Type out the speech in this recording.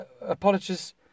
apologies